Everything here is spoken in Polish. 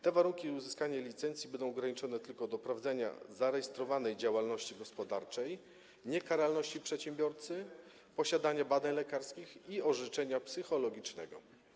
Te warunki uzyskania licencji będą ograniczone tylko do prowadzenia zarejestrowanej działalności gospodarczej, niekaralności przedsiębiorcy, posiadania badań lekarskich i orzeczenia psychologicznego.